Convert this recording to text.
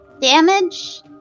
damage